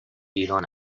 ایران